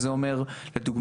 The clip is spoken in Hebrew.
שזה אומר לדוגמה,